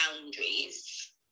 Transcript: boundaries